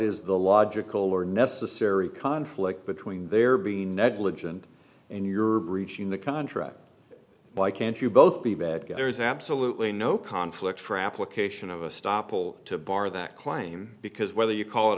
is the logical or necessary conflict between their being negligent and your breaching the contract why can't you both be bad guy there is absolutely no conflict for application of a stoppel to bar that claim because whether you call it